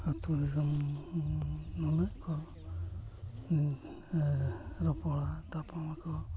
ᱟᱛᱳᱼᱫᱤᱥᱚᱢ ᱱᱩᱱᱟᱹᱜ ᱠᱚ ᱨᱚᱯᱚᱲᱟ ᱛᱟᱯᱟᱢ ᱟᱠᱚ